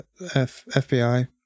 FBI